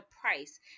price